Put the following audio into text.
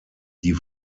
die